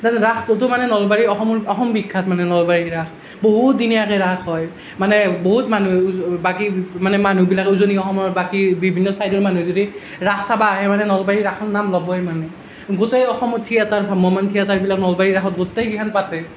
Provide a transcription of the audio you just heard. ৰাসটোতো মানে নলবাৰীৰ অসমৰ অসম বিখ্যাত মানে নলবাৰীৰ ৰাস বহুত দিনীয়াকে ৰাস হয় মানে বহুত মানুহ বাকী মানে মানুহবিলাক উজনি অসমৰ বাকী বিভিন্ন চাইদৰ মানুহ যদি ৰাস চাব আহে মানে নলবাৰীৰ ৰাসৰ নাম ল'বই মানে গোটেই অসমৰ থিয়েটাৰ ভ্ৰাম্যমান থিয়েটাৰবিলাক নলবাৰী ৰাসত গোটেইকেইখন পাতেই